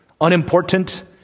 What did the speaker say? unimportant